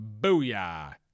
Booyah